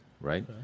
right